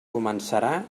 començarà